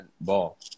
ball